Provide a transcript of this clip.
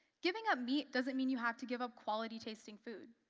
giving up meat doesn't mean you have to give up quality-tasting food.